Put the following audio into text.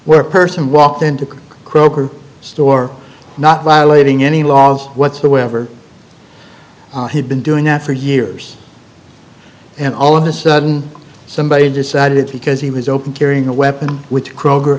a person walked into a kroger store not violating any laws whatsoever he'd been doing that for years and all of a sudden somebody decided because he was open carrying a weapon which kroger